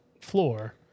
floor